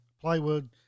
plywood